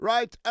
Right